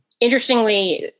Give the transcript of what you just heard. Interestingly